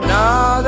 now